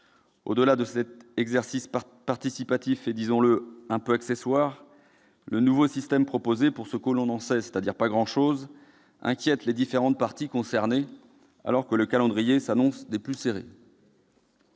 Au-delà de cet exercice participatif et, disons-le, quelque peu accessoire, le nouveau système proposé, pour ce que l'on en sait, c'est-à-dire pas grand-chose, inquiète les différentes parties concernées, alors que le calendrier s'annonce des plus serrés.